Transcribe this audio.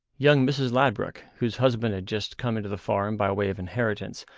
young mrs. ladbruk, whose husband had just come into the farm by way of inheritance,